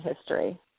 history